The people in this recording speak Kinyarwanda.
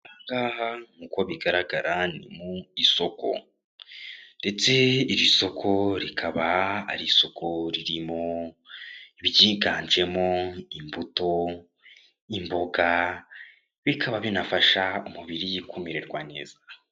Aha ngaha uko bigaragara ni mu isoko. Ndetse irisoko rikaba ari isoko ririmo ibyiganjemo imbuto , imboga, bikaba binafasha umubiri kumererwa neza.